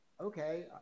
okay